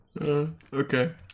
okay